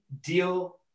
deal